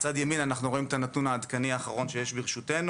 מצד ימין אנחנו רואים את הנתון העדכני האחרון שיש ברשותנו